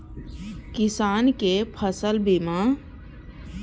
किसान कै फसल बीमा?